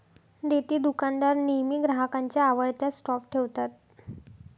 देतेदुकानदार नेहमी ग्राहकांच्या आवडत्या स्टॉप ठेवतात